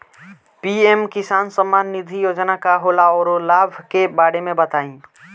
PM Kisan Samman Nidhi Yojana का होला औरो लाभ के बारे में बताई?